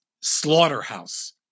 Slaughterhouse